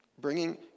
bringing